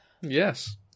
Yes